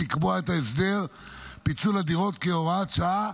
לקבוע את הסדר פיצול הדירות כהוראת שעה,